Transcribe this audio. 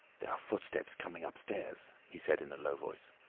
there are footsteps coming upstairs, he said in a low voice.